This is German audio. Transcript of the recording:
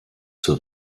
zur